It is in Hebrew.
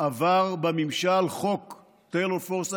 עבר בממשל חוק טיילור פורס,